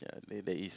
ya there there is